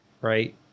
Right